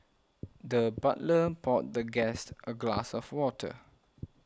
the butler poured the guest a glass of water